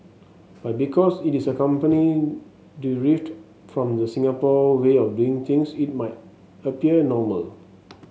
but because it is a company derived from the Singapore way of doing things it might appear normal